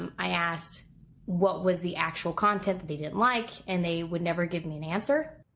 um i asked what was the actual content they didn't like and they would never give me an answer.